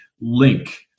link